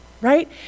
right